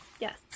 Yes